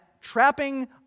trapping